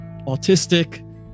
autistic